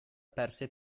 perse